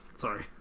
Sorry